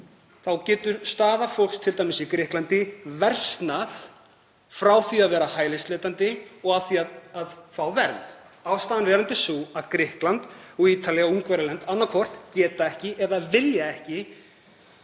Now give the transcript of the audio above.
þá getur staða fólks t.d. í Grikklandi versnað frá því að vera hælisleitandi og yfir í að fá vernd. Ástæðan er sú að Grikkland, Ítalía og Ungverjaland annaðhvort geta ekki eða vilja ekki,